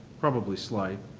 probably slight,